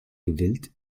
gewillt